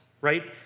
right